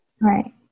Right